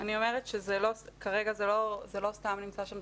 אני אומרת שכרגע זה לא סתם נמצא שם,